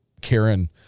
Karen